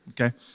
okay